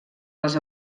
les